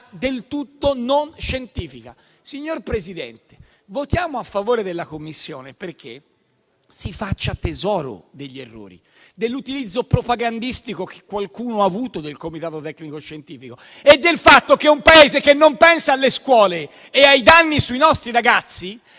del tutto non scientifica. Signor Presidente, votiamo a favore della Commissione perché si faccia tesoro degli errori e dell'utilizzo propagandistico che qualcuno ha fatto del comitato tecnico scientifico e del fatto che un Paese che non pensa alle scuole e ai danni sui suoi ragazzi